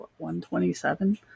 127